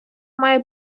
має